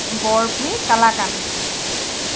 barfi kalakand